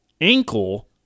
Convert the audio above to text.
ankle